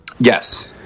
Yes